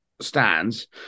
stands